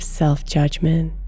self-judgment